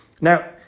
Now